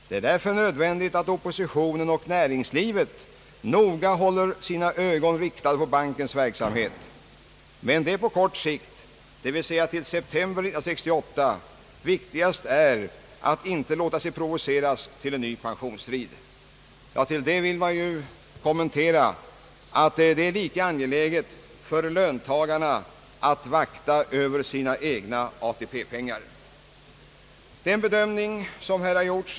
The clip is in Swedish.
Det är därför nödvändigt att oppositionen och näringslivet noga håller sina ögon riktade på bankens verksamhet. Men det på kort sikt — d.v.s. till september 1968 — viktigaste är att inte låta sig provoceras till en ny pensionsstrid.» Ja, till detta vill man göra den kommentaren att det är klara besked, och det är lika angeläget för löntagarna att vakta över sina egna ATP-pengar med hänsyn till hur borgerliga maktägare vill handskas med dessa.